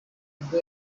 ubwo